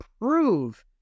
prove